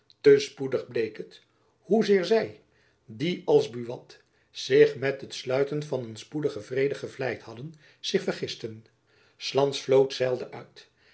te spoedig bleek het hoe zeer zy die als buat zich met het sluiten van een spoedigen vrede gevleid hadden zich vergisten s lands vloot zeilde uit